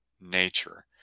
nature